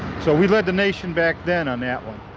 so we led the nation back then on that one.